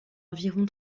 environ